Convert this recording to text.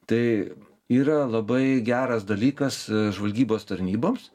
tai yra labai geras dalykas žvalgybos tarnyboms